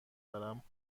دارم